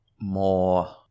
more